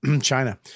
China